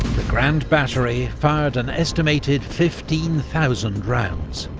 the grand battery fired an estimated fifteen thousand rounds,